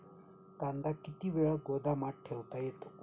कांदा किती वेळ गोदामात ठेवता येतो?